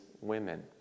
women